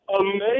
Amazing